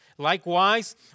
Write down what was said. Likewise